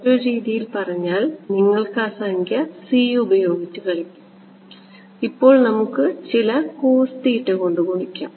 മറ്റൊരു രീതിയിൽ പറഞ്ഞാൽ നിങ്ങൾക്ക് ആ സംഖ്യ c ഉപയോഗിച്ച് കളിക്കാം ഇപ്പോൾ നമുക്ക് ചില കോസ് തീറ്റ കൊണ്ട് ഗുണിക്കാം